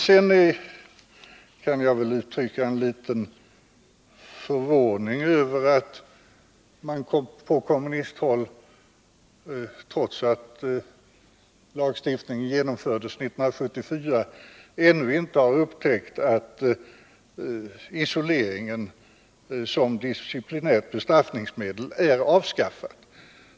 Sedan vill jag uttrycka viss förvåning över att man på kommunisthåll, trots att lagstiftningen genomfördes 1974, ännu inte har upptäckt att isoleringen som disciplinbestraffningsmedel är avskaffad.